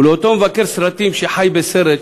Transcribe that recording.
ולאותו מבקר סרטים שחי בסרט,